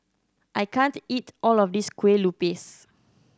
I can't eat all of this Kueh Lupis